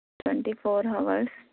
twenty four hours